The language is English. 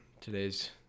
today's